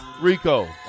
Rico